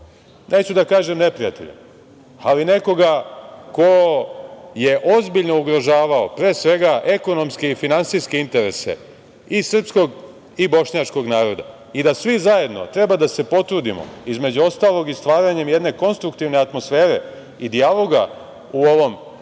neću da kažem neprijatelje, ali nekoga ko je ozbiljno ugrožavao pre svega ekonomske i finansijske interese i srpskog i bošnjačkog naroda i da svi zajedno treba da se potrudimo, između ostalog i stvaranjem jedne konstruktivne atmosfere i dijaloga u ovom